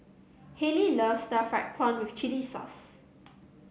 Halie loves Stir Fried Prawn with Chili Sauce